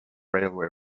railway